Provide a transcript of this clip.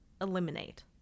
eliminate